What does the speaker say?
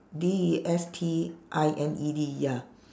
D E S T I N E D ya